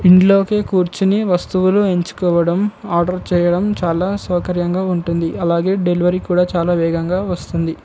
ఇంట్లోకే కూర్చుని వస్తువులు ఎంచుకోవడం ఆర్డర్ చేయడం చాలా సౌకర్యంగా ఉంటుంది అలాగే డెలివరీ కూడా చాలా వేగంగా వస్తుంది